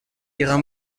ihrer